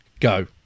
go